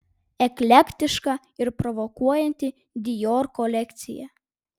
eklektiška ir provokuojanti dior kolekcija